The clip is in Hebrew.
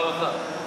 העבודה והרווחה.